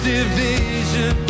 Division